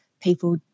people